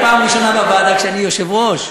את פעם ראשונה בוועדה כשאני יושב-ראש,